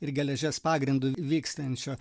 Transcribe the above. ir geležies pagrindu vykstančio